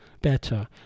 better